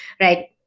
right